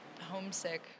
homesick